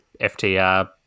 FTR